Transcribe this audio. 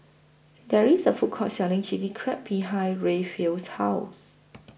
There IS A Food Court Selling Chili Crab behind Rayfield's House